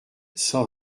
cent